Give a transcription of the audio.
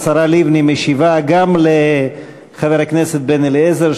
השרה לבני משיבה גם לחבר הכנסת בן-אליעזר,